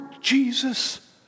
Jesus